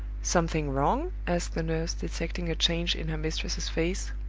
something wrong? asked the nurse, detecting a change in her mistress's face.